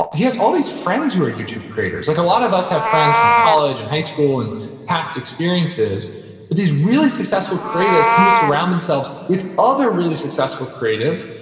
he has all these friends who are youtube creators. like a lot of us have friends from college, and high school, and past experiences, but these really successful creatives tend to surround themselves with other really successful creatives,